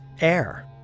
air